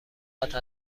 قدر